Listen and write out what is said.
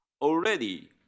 already